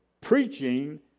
preaching